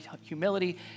humility